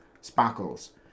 sparkles